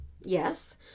Yes